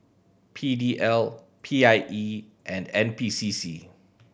P D L P I E and N P C C